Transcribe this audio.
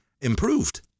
improved